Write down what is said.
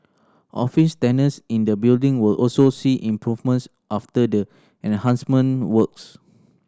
office tenants in the building will also see improvements after the enhancement works